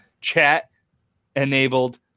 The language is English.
chat-enabled